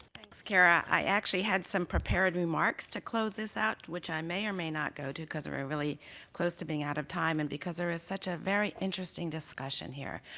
cara. i actually had some prepared remarks to close this out, which i may or may not go to because we're really close to being out of time and because there is such ah an interesting discussion here.